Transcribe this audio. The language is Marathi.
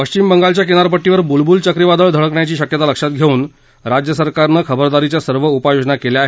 पश्चिम बंगालच्या किनारपट्टीवर बुलबुल चक्रीवादळ धडकण्याची शक्यता लक्षात घेऊन राज्य सरकारनं खबरदारीच्या सर्व उपाययोजना केल्या आहेत